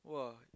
!wah!